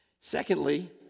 Secondly